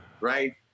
Right